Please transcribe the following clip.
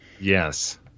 Yes